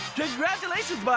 congratulations,